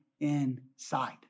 inside